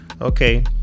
Okay